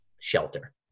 shelter